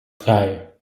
drei